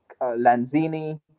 Lanzini